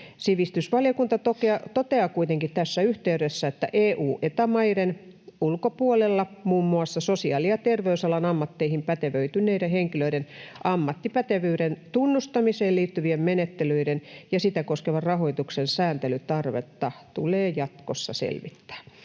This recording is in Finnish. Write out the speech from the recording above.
Sivistysvaliokunta toteaa kuitenkin tässä yhteydessä, että EU- ja Eta-maiden ulkopuolella muun muassa sosiaali- ja terveysalan ammatteihin pätevöityneiden henkilöiden ammattipätevyyden tunnustamiseen liittyvien menettelyiden ja sitä koskevan rahoituksen sääntelytarvetta tulee jatkossa selvittää.